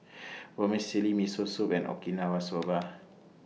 Vermicelli Miso Soup and Okinawa Soba